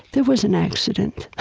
there was an accident,